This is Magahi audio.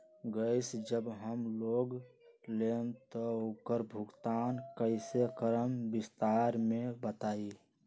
गैस जब हम लोग लेम त उकर भुगतान कइसे करम विस्तार मे बताई?